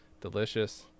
Delicious